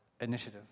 initiative